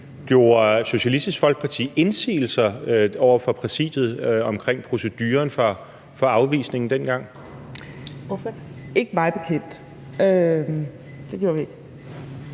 Gjorde Socialistisk Folkeparti indsigelser over for Præsidiet omkring proceduren for afvisningen dengang? Kl. 14:58 Første næstformand (Karen